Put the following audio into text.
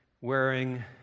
wearing